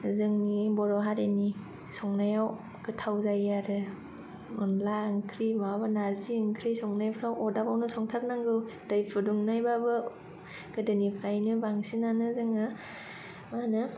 जोंनि बर' हारिनि संनायाव गोथाव जायो आरो अनला ओंख्रि माबा नार्जि ओंख्रि संनायफ्राव आगदाब आवनो संथारनांगौ दै फुदुंनाय बाबो गोदोनिफ्रायनो बांसिनानो जोङो मा होनो